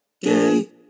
gay